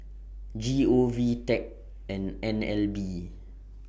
G O V Tech and N L B